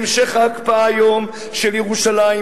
המשך ההקפאה היום בירושלים,